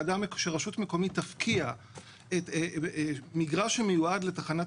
שרשות מקומית תפקיע מגרש שמיועד לתחנת